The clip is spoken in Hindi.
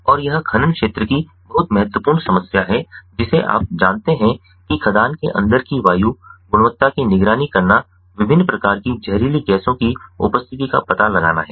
और यह खनन क्षेत्र की बहुत महत्वपूर्ण समस्या है जिसे आप जानते हैं कि खदान के अंदर की वायु गुणवत्ता की निगरानी करना विभिन्न प्रकार की जहरीली गैसों की उपस्थिति का पता लगाना है